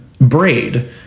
Braid